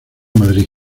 madrid